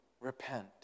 repent